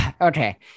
okay